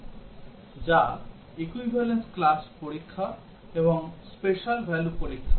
এবং আমরা black box পরীক্ষার দুটি গুরুত্বপূর্ণ কৌশল দেখেছি যা equivalence class পরীক্ষা এবং special value পরীক্ষা